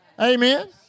Amen